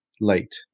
late